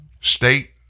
state